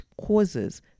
causes